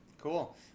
cool